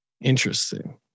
interesting